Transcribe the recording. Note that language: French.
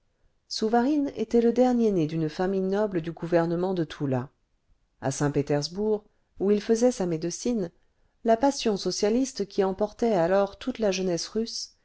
souvarine était le dernier-né d'une famille noble du gouvernement de toula a saint-pétersbourg où il faisait sa médecine la passion socialiste qui emportait alors toute la jeunesse russe